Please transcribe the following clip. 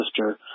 sister